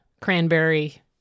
cranberry